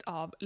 av